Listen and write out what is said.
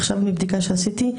עכשיו מבדיקה שעשיתי,